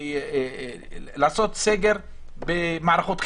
לעשות סגר במערכות החינוך.